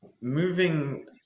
moving